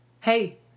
Hey